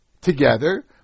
together